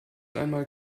einmal